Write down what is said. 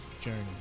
journey